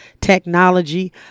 technology